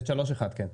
את 3(1), כן.